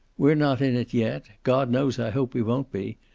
we're not in it, yet. god knows i hope we won't be.